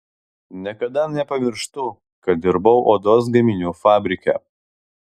niekada nepamirštu kad dirbau odos gaminių fabrike